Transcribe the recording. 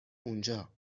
اونجا